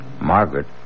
Margaret